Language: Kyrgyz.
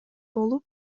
болуп